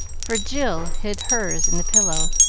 for jill hid hers in the pillow,